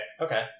okay